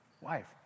wife